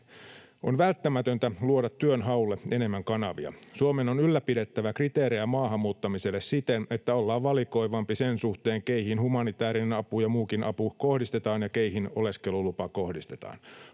On välttämätöntä luoda työnhaulle enemmän kanavia. Suomen on ylläpidettävä kriteerejä maahan muuttamiselle siten, että ollaan valikoivampi sen suhteen, keihin humanitäärinen apu ja muukin apu kohdistetaan ja keihin oleskelulupa kohdistetaan.